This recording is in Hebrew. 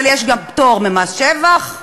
אבל יש גם פטור ממס שבח.